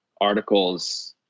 articles